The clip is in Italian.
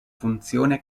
funzione